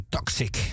Toxic